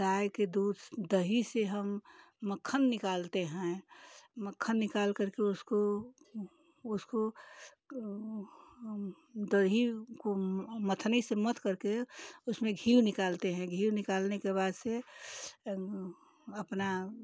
गाय के दूध दही से हम मक्खन निकालते हैं मक्खन निकाल करके उसको उसको वो हम दही को मथनी से मथ करके उसमें घी निकालते हैं घी निकालने के बाद से अपना